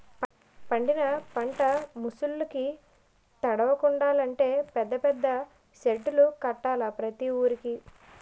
పండిన పంట ముసుర్లుకి తడవకుండలంటే పెద్ద పెద్ద సెడ్డులు కట్టాల ప్రతి వూరికి